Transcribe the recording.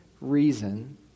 reason